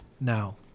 Now